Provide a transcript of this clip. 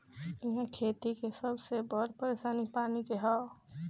इहा खेती के सबसे बड़ परेशानी पानी के हअ